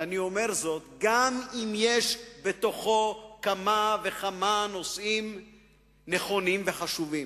ואני אומר זאת גם אם יש בתוכו כמה וכמה נושאים נכונים וחשובים.